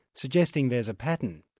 suggesting there's a pattern.